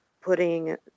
putting